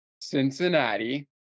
Cincinnati